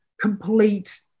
complete